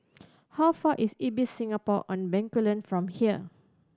how far is Ibis Singapore On Bencoolen from here